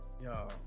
Yo